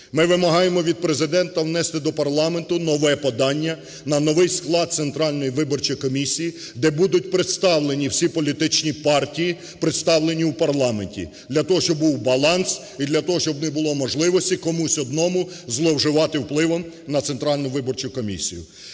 Ми вимагаємо від Президента внести до парламенту нове подання на новий склад Центральної виборчої комісії, де будуть представлені всі політичні партії, представлені у парламенті, для того щоб був баланс і для того, щоб не було можливості комусь одному зловживати впливом на Центральну виборчу комісію.